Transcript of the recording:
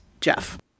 Jeff